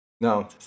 No